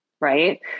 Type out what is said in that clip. Right